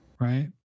Right